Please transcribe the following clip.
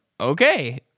okay